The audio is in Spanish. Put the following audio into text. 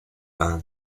band